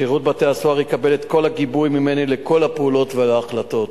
שירות בתי-הסוהר יקבל את כל הגיבוי ממני לכל הפעולות וההחלטות.